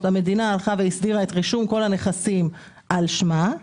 המדינה הסדירה את רישום כל הנכסים על שמה,